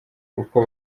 uko